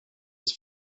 its